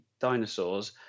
dinosaurs